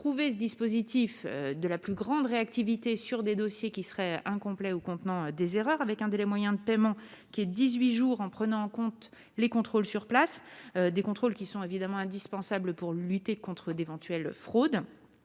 trouvé ce dispositif de la plus grande réactivité sur des dossiers qui seraient incomplets ou contenant des erreurs avec un délai moyen de paiement qui est 18 jours en prenant en compte les contrôles sur place, des contrôles qui sont évidemment indispensables pour lutter contre d'éventuelles fraudes